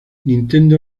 nintendo